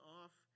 off